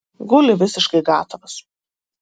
guli visiškai gatavas